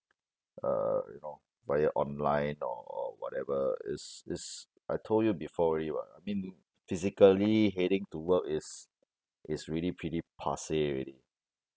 uh you know via online or or whatever it's it's I told you before already [what] I mean physically heading to work is is really pretty passe already